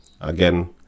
again